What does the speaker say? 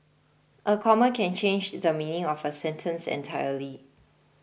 a comma can change the meaning of a sentence entirely